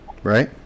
Right